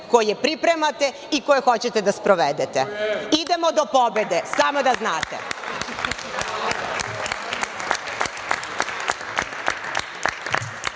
koje pripremate i koje hoćete da sprovedete. Idemo do pobede, samo da znate.